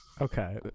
Okay